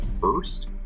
first